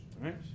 right